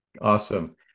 Awesome